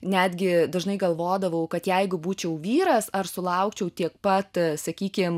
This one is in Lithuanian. netgi dažnai galvodavau kad jeigu būčiau vyras ar sulaukčiau tiek pat sakykim